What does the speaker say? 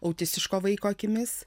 autistiško vaiko akimis